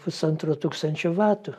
pusantro tūkstančio vatų